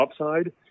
upside